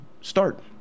start